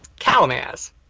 Calamaz